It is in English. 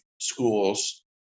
schools